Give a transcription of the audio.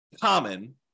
common